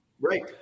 Right